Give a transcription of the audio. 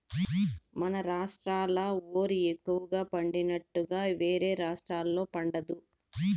మన రాష్ట్రాల ఓరి ఎక్కువగా పండినట్లుగా వేరే రాష్టాల్లో పండదు